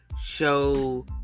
show